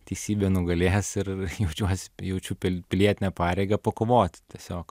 teisybė nugalės ir jaučiuosi jaučiu pilietinę pareigą pakovoti tiesiog